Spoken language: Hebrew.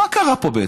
מה קרה פה בעצם?